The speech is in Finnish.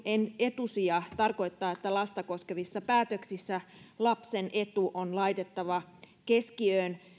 etusija tarkoittaa että lasta koskevissa päätöksissä lapsen etu on laitettava keskiöön